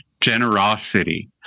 generosity